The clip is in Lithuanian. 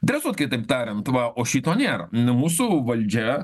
dresuot kitaip tariant va o šito nėra nu mūsų valdžia